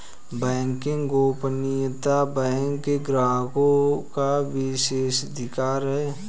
banking गोपनीयता bank के ग्राहकों का विशेषाधिकार है